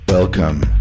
Welcome